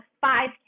five